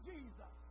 Jesus